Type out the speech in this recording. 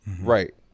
Right